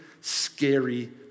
scary